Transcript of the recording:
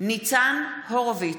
ניצן הורוביץ,